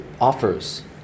offers